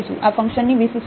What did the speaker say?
આ ફંકશનની વિશિષ્ટતા